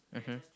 mmhmm